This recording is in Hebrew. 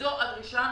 וזו הדרישה